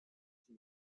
she